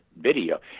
video –